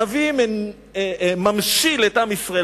הנביא ממשיל את עם ישראל,